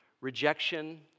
rejection